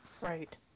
Right